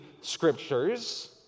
Scriptures